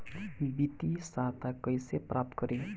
वित्तीय सहायता कइसे प्राप्त करी?